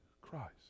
Christ